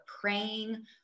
praying